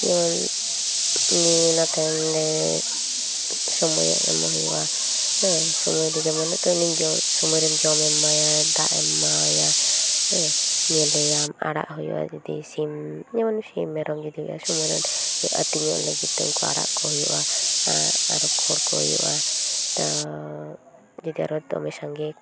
ᱡᱮᱢᱚᱱ ᱱᱤ ᱱᱤᱭᱟᱹ ᱛᱟᱭᱚᱢ ᱨᱮ ᱥᱚᱢᱚᱭ ᱮᱢ ᱦᱩᱭᱩᱜᱼᱟ ᱦᱮᱸ ᱥᱚᱢᱚᱭ ᱫᱚ ᱡᱮᱢᱚᱱ ᱩᱱᱤ ᱡᱚᱢ ᱩᱱᱤ ᱥᱚᱢᱚᱭ ᱨᱮ ᱡᱚᱢᱮᱢ ᱮᱢᱟᱭᱟ ᱫᱟᱜ ᱮᱢ ᱮᱢᱟᱟᱭᱟ ᱧᱮᱞᱮᱭᱟᱢ ᱟᱲᱟᱜ ᱦᱩᱭᱩᱜᱼᱟ ᱡᱚᱫᱤ ᱥᱤᱢ ᱡᱮᱢᱚᱱ ᱥᱤᱢ ᱢᱮᱢᱚᱢ ᱡᱚᱫᱤ ᱟᱹᱥᱩᱞ ᱥᱚᱢᱚᱭ ᱨᱮ ᱟᱹᱛᱤᱧ ᱚᱸᱰᱮ ᱜᱮ ᱟᱲᱟᱜ ᱠᱚ ᱦᱩᱭᱩᱜᱼᱟ ᱟᱨᱚ ᱠᱷᱳᱲ ᱠᱚ ᱦᱩᱭᱩᱜᱼᱟ ᱛᱚ ᱡᱚᱫᱤ ᱟᱨᱦᱚᱸ ᱫᱚᱢᱮ ᱥᱟᱺᱜᱤᱧ